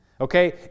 Okay